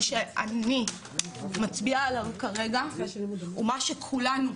מה שאני מצביעה עליו כרגע הוא מה שכולנו,